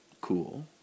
cool